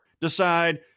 decide